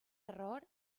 error